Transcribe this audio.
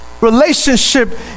Relationship